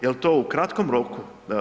Jel to u kratkom roku?